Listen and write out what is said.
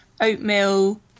oatmeal